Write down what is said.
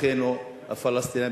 אחינו הפלסטינים,